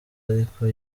ariko